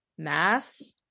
Mass